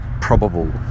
probable